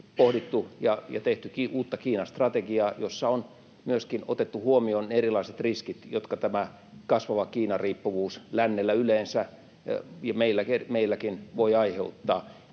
ja tehty uutta Kiina-strategiaa, jossa on myöskin otettu huomioon erilaiset riskit, joita tämä kasvava Kiina-riippuvuus lännelle yleensä ja meillekin voi aiheuttaa,